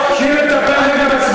תני לי לטפל רגע,